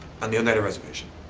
on the oneida reservation.